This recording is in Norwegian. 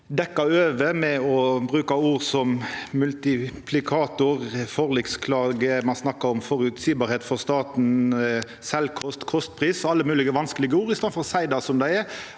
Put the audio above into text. dekkja over med å bruka ord som multiplikator og forliksklage, ein snakkar om føreseielegheit for staten, om sjølvkost, kostpris og alle moglege vanskelege ord, i staden for å seia det som det er,